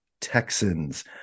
Texans